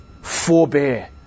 Forbear